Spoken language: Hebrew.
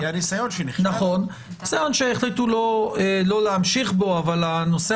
ניסיון שהחליטו לא להמשיך בו אבל הנושא